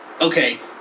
okay